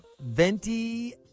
venti